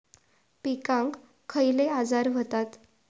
पिकांक खयले आजार व्हतत?